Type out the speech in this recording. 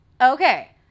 okay